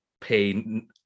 pay